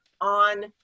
on